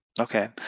Okay